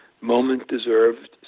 moment-deserved